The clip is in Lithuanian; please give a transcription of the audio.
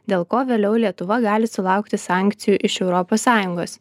dėl ko vėliau lietuva gali sulaukti sankcijų iš europos sąjungos